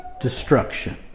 destruction